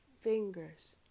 fingers